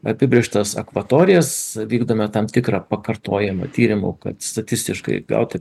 apibrėžtas akvatorijas vykdome tam tikrą pakartojame tyrimų kad statistiškai gauti